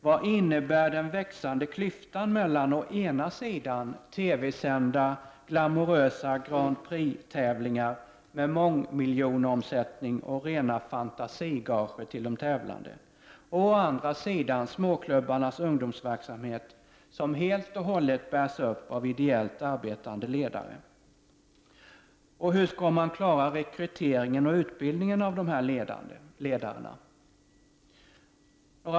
Vad innebär den växande klyftan mellan å ena sidan TV-sända glamorösa Grand Prix-tävlingar med mångmiljonomsättning och rena fantasigager till de tävlande, och å andra sidan småklubbarnas ungdomsverksamhet som helt bärs upp av ideellt arbetande ledare? Hur skall man klara rekrytering och utbildning av dessa ledare?